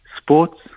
Sports